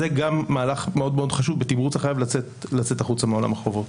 וגם זה מהלך חשוב מאוד בתמרוץ החייב לצאת החוצה מעולם החובות.